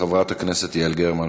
חברת הכנסת יעל גרמן,